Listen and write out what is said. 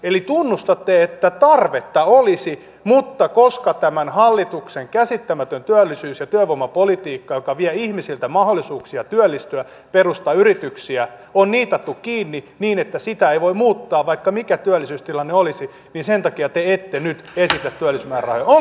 eli tunnustatte että tarvetta olisi mutta koska tämän hallituksen käsittämätön työllisyys ja työvoimapolitiikka joka vie ihmisiltä mahdollisuuksia työllistyä perustaa yrityksiä on niitattu kiinni niin että sitä ei voi muuttaa vaikka mikä työllisyystilanne olisi niin sen takia te ette nyt esitä työllisyysmäärärahoja